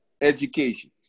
education